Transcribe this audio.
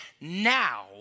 now